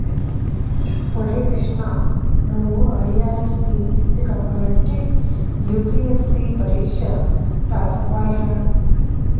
ఒరే కృష్ణా నువ్వు ఐ.ఆర్.ఎస్ కి ఎంపికవ్వాలంటే యూ.పి.ఎస్.సి పరీక్ష పేసవ్వాలిరా